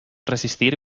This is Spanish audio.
resistir